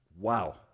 wow